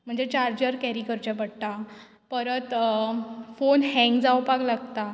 म्हणजे charger carry करचे पडटा परत फोन हँग जावपाक लागता